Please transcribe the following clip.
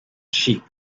sheep